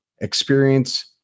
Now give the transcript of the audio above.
experience